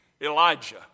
Elijah